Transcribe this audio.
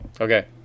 okay